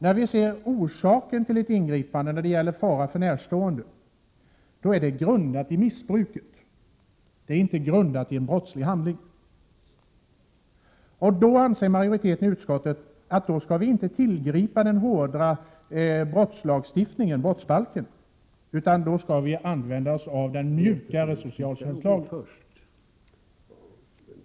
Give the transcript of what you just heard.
När vi säger att orsaken till ett ingripande är fara för närstående, är det grundat i missbruket, inte i en brottslig handling. Då anser majoriteten i utskottet att vi inte skall tillgripa den hårda brottslagstiftningen i brottsbalken utan använda oss av den mjukare socialtjänstlagen.